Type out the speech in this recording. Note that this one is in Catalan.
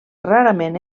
rarament